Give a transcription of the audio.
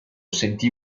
sentì